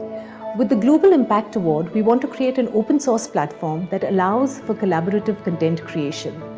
with the global impact award, we want to create an open source platform that allows for collaborative content creation.